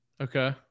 Okay